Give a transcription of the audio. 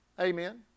amen